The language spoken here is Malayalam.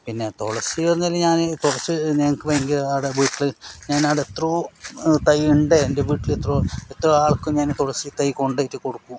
പിന്നെ തുളസി എന്നു പറഞ്ഞാൽ ഞാൻ തുളസി ഞങ്ങൾക്ക് ഭയങ്കര ആടെ വീട്ടിൽ ഞാനവിടെ എത്രയും തയ്യുണ്ട് എന്റെ വീട്ടിൽ തൊള എത്രയോ ആൾക്ക് ഞാൻ ഈ തുളസി തൈ കൊണ്ടു പോയിട്ട് കൊടുക്കും